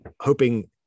hoping